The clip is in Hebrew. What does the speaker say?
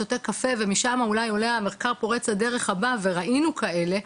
שותה קפה ומשם אולי עולה המחקר פורץ הדרך הבא וראינו כאלה,